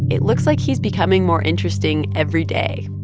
it looks like he's becoming more interesting every day.